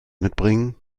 mitbringen